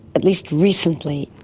at least recently,